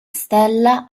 stella